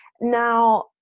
Now